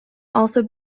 also